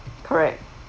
correct